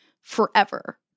forever